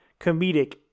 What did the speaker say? comedic